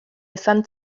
izan